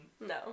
No